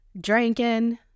drinking